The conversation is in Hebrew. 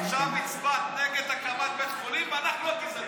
עכשיו הצבעת נגד הקמת בית חולים, ואנחנו הגזענים.